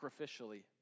sacrificially